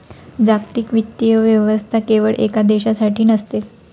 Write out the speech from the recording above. जागतिक वित्तीय व्यवस्था केवळ एका देशासाठी नसते